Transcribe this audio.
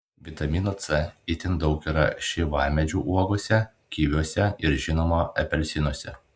vitamino c itin daug yra šeivamedžių uogose kiviuose ir žinoma apelsinuose